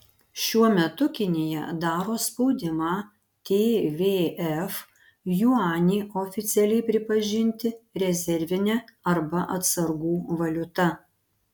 šiuo metu kinija daro spaudimą tvf juanį oficialiai pripažinti rezervine arba atsargų valiuta